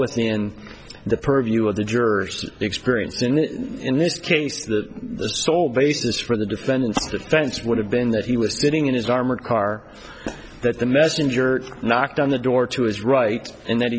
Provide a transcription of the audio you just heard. within the purview of the jurors experience and in this case the sole basis for the defendant's defense would have been that he was sitting in his armored car that the messenger knocked on the door to his right and then